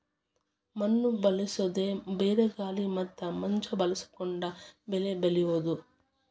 ಮಣ್ಣು ಬಳಸದೇ ಬರೇ ಗಾಳಿ ಮತ್ತ ಮಂಜ ಬಳಸಕೊಂಡ ಬೆಳಿ ಬೆಳಿಯುದು